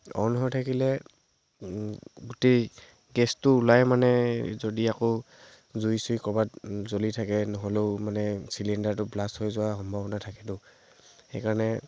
on হৈ থাকিলে গোটেই গেছটো ওলাই মানে যদি আকৌ জুই চুই ক'ৰবাত জ্বলি থাকে নহ'লেও মানে চিলিণ্ডাৰটো ব্লাষ্ট হৈ যোাৱা সম্ভাৱনা থাকেতো সেই কাৰণে